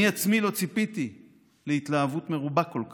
אני עצמי לא ציפיתי להתלהבות מרובה כל כך,